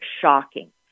shocking